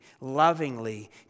lovingly